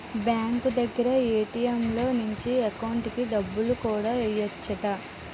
bank దగ్గర ATM లో నుంచి ఎకౌంటుకి డబ్బులు కూడా ఎయ్యెచ్చట